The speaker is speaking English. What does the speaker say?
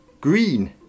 green